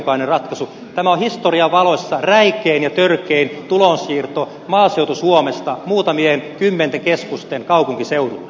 tämä on historian valossa räikein ja törkein tulonsiirto maaseutu suomesta muutamien kymmenten keskusten kaupunkiseudulle